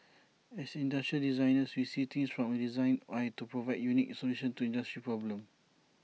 as industrial designers we see things from A designer's eye to provide unique solutions to industry problems